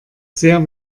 sehr